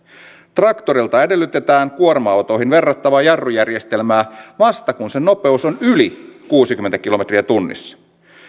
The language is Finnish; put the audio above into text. traktorilta edellytetään kuorma autoihin verrattavaa jarrujärjestelmää vasta kun sen nopeus on yli kuusikymmentä kilometriä tunnissa